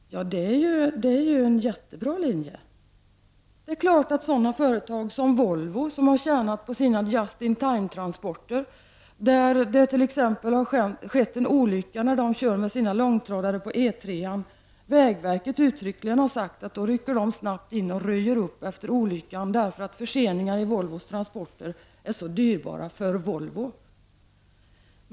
Det är ju en jättebra linje. Sådana företag som Volvo har tjänat på sina just-in-time-transporter. När det skett en olycka då de kört med sina långtradare på E 3, har vägverket uttryckligen sagt att man snabbt rycker in och röjer upp efter olyckan, eftersom förseningar i Volvos transporter är så dyrbara för Volvo.